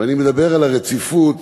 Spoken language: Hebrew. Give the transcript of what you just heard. ואני מדבר על הרציפות